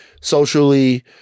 socially